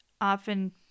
often